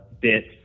bits